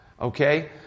Okay